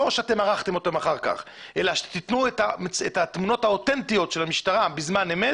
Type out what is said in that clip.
שערכתם אותן אחר כך אלא שתיתנו את התמונות האותנטיות של המשטרה אמת,